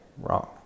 Wrong